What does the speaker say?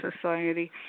Society